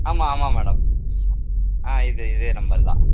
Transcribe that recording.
ஆமாம் ஆமாம் மேடம் ஆ இது இதே நம்பர் தான்